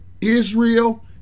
Israel